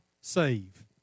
save